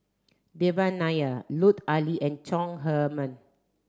Devan Nair Lut Ali and Chong Herman